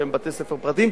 שהם בתי-ספר פרטיים,